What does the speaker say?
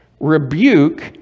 rebuke